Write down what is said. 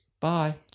Bye